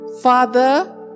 Father